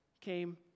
came